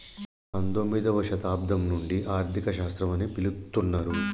పంతొమ్మిదవ శతాబ్దం నుండి ఆర్థిక శాస్త్రం అని పిలుత్తున్నరు